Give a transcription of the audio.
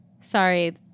Sorry